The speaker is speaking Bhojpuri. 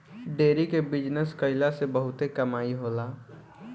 डेरी के बिजनस कईला से बहुते कमाई होला